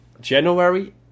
January